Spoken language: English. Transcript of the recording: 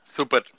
Super